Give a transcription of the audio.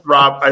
Rob